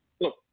look